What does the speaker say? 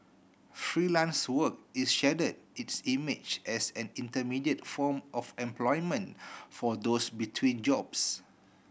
Freelance Work is shedding its image as an intermediate form of employment for those between jobs